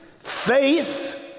Faith